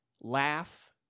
laugh